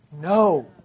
No